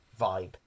vibe